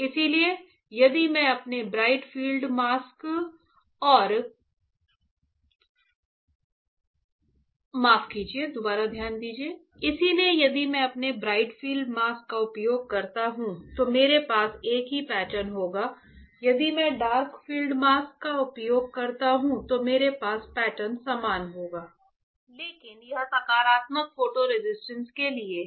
इसलिए यदि मैं अपने ब्राइट फील्ड मास्क का उपयोग करता हूं तो मेरे पास एक ही पैटर्न होगा यदि मैं डार्क फील्ड मास्क का उपयोग करता हूं तो मेरा पैटर्न समान होगा लेकिन यह सकारात्मक फोटो रेसिस्ट के लिए है